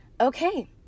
okay